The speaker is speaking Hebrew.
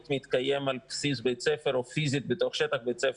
מתקיים על בסיס בית ספר או פיזית בתוך שטח בית הספר,